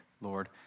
Lord